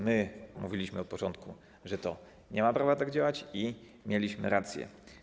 Mówiliśmy od początku, że to nie ma prawa tak działać, i mieliśmy rację.